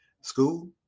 school